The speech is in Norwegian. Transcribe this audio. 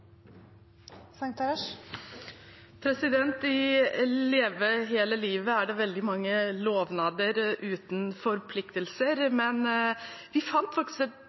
det veldig mange lovnader uten forpliktelser, men vi fant